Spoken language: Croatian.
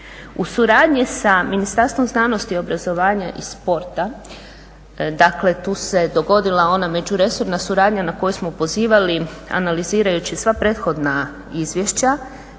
U suradnji sa Ministarstvom znanosti i obrazovanja i sporta dakle tu se dogodila ona međuresorna suradnja na koju smo pozivali analizirajući sva prethodna izvješća,